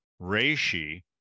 reishi